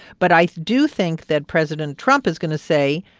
but i do think that president trump is going to say,